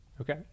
Okay